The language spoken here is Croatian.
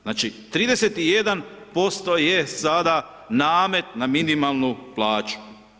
Znači 31% je sada namet na minimalnu plaću.